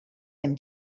him